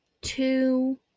two